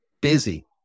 busy